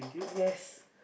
yes